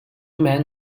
men